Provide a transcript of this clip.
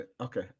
Okay